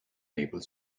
maple